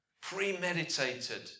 premeditated